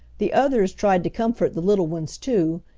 the others tried to comfort the little ones too,